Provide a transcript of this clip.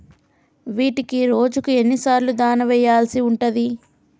వీటికి రోజుకు ఎన్ని సార్లు దాణా వెయ్యాల్సి ఉంటది?